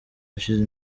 hashize